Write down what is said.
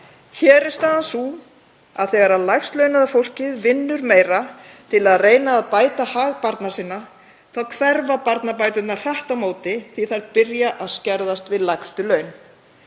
Hér er staðan sú að þegar lægst launaða fólkið vinnur meira til að reyna að bæta hag barna sinna þá hverfa barnabæturnar hratt á móti því að þær byrja að skerðast við lægstu laun.